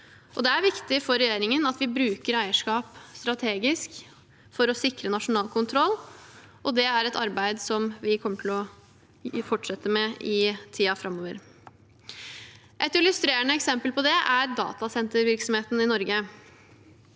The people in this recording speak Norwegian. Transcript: Det er viktig for regjeringen at vi bruker eierskap strategisk for å sikre nasjonal kontroll, og det er et arbeid som vi kommer til å fortsette med i tiden framover. Et illustrerende eksempel på det er datasentervirksomheten i Norge.